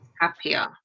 happier